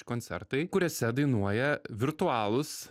koncertai kuriuose dainuoja virtualūs